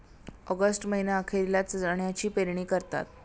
August महीना अखेरीला चण्याची पेरणी करतात